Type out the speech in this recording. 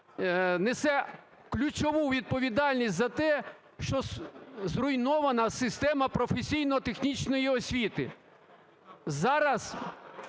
несе ключову відповідальність за те, що зруйнована система професійно-технічної освіти.